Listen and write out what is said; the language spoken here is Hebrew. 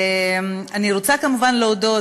אני רוצה, כמובן, להודות.